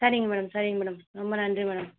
சரிங்க மேடம் சரிங்க மேடம் ரொம்ப நன்றி மேடம்